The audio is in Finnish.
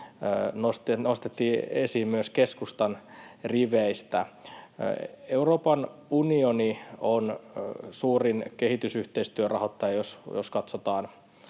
nostettiin esiin myös keskustan riveistä. Euroopan unioni on suurin kehitysyhteistyörahoittaja, jos katsotaan